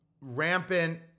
rampant